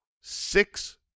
six